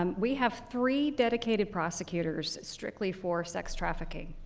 um we have three dedicated prosecutors strictly for sex trafficking.